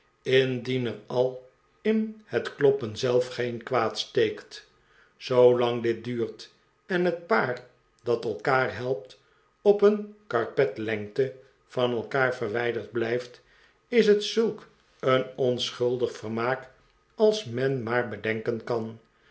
er al in het kloppen zelf geen kwaad steekt zoolang dit duurt en het paar dat elkaarhelpt op een karpetlengte van elkaar verwijderd blijft is het zulk een onschuldig vermaak als men maar bedenken kan